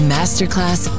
Masterclass